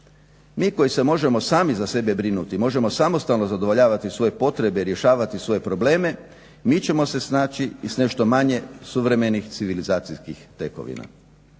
Mi koji se možemo sami za sebe brinuti, možemo samostalno zadovoljavati svoje potrebe, rješavati svoje probleme mi ćemo se snaći i s nešto manje suvremenih civilizacijskih tekovina.